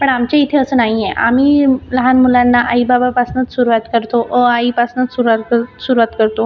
पण आमच्या इथे असं नाही आहे आम्ही लहान मुलांना आईबाबापासूनच सुरवात करतो अआईपासूनच सुरवात कर सुरवात करतो